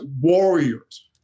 warriors